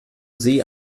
see